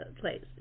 place